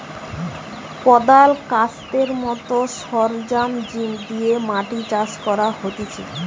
কদাল, কাস্তের মত সরঞ্জাম দিয়ে মাটি চাষ করা হতিছে